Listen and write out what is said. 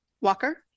Walker